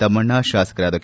ತಮ್ನಣ್ಣ ಶಾಸಕರಾದ ಕೆ